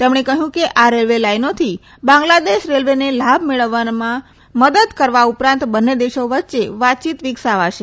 તેમણે કહ્યુ કે આ રેલ્વે લાઇનોથી બાંગ્લાદેશ રેલ્વેને લાભ મેળવવામાં મદદ કરવા ઉપરાંત બંને દેશો વચ્ચે વાતચીત વિકસાવાશે